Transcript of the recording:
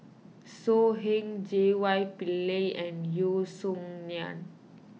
So Heng J Y Pillay and Yeo Song Nian